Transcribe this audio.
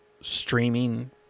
streaming